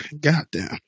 Goddamn